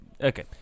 Okay